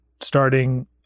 starting